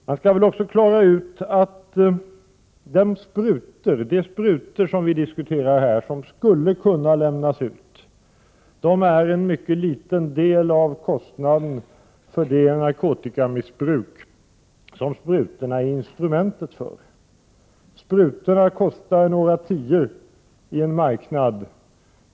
Man bör också klara ut att de sprutor som vi här diskuterar och som skulle kunna lämnas ut utgör en mycket liten del av kostnaden för det narkotikamissbruk som sprutorna är ett instrument för. Sprutor kostar några tior på marknaden.